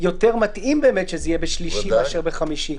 יותר מתאים באמת שזה יהיה ביום שלישי ולא ביום חמישי.